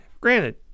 granted